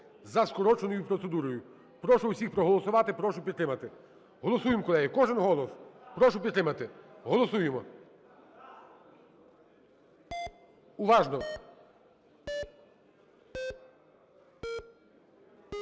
за скороченою процедурою. Прошу усіх проголосувати. Прошу підтримати. Голосуємо, колеги, кожен голос. Прошу підтримати. Голосуємо. Уважно.